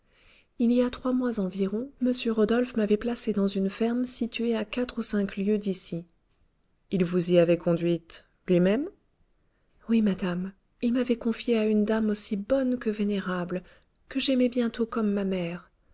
il y a trois mois environ m rodolphe m'avait placée dans une ferme située à quatre ou cinq lieues d'ici il vous y avait conduite lui-même oui madame il m'avait confiée à une dame aussi bonne que vénérable que j'aimai bientôt comme ma mère